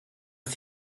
ist